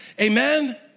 Amen